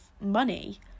money